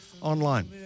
online